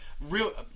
Real